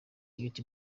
ute